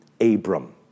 Abram